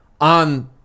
on